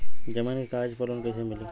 जमीन के कागज पर लोन कइसे मिली?